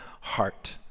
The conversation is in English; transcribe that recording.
heart